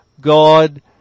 God